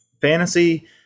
Fantasy